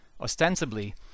Ostensibly